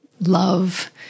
love